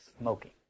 smoking